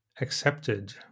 accepted